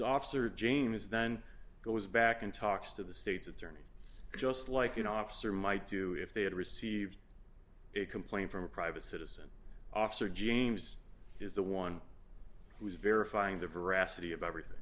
officer james then goes back and talks to the state's attorney just like you know officer might do if they had received a complaint from a private citizen officer james is the one who's verifying the veracity of everything